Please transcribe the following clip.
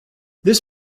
this